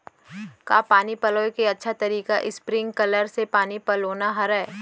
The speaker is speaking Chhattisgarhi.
का पानी पलोय के अच्छा तरीका स्प्रिंगकलर से पानी पलोना हरय?